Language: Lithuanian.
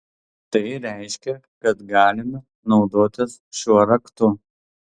tai reiškia kad galime naudotis šiuo raktu